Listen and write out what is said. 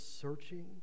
searching